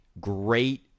great